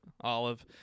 Olive